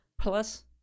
Plus